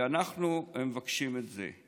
ואנחנו מבקשים את זה.